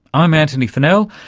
i'm antony funnell,